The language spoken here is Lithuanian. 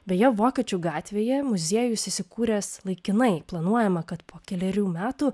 beje vokiečių gatvėje muziejus įsikūręs laikinai planuojama kad po kelerių metų